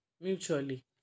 Mutually